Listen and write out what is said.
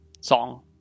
Song